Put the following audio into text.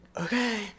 okay